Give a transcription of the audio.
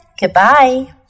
goodbye